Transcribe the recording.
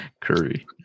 Curry